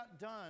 done